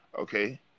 Okay